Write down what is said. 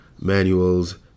manuals